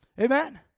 Amen